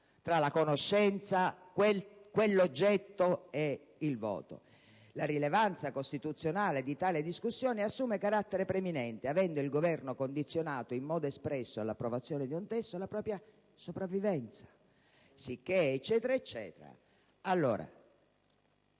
tra la conoscenza, quell'oggetto e il voto. «La rilevanza costituzionale di tale discussione assume carattere preminente, avendo il Governo condizionato in modo espresso all'approvazione di un testo la propria sopravvivenzaۛ (...)». Credo di aver